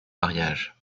mariage